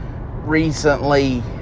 recently